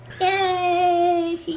Yay